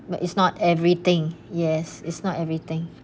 but it's not everything yes is not everything